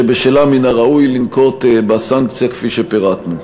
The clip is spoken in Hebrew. שבשלה מן הראוי לנקוט סנקציה כפי שפירטנו.